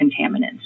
contaminants